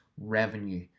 revenue